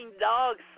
dogs